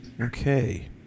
Okay